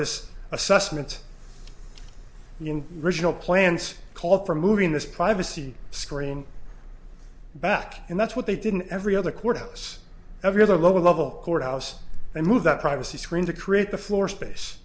this assessment in regional plans call for moving this privacy screen back and that's what they didn't every other courthouse every other lower level courthouse and move that privacy screen to create the floor space